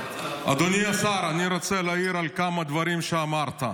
אדוני השר, אני רוצה להעיר על כמה דברים שאמרת.